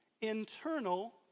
internal